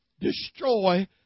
destroy